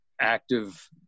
active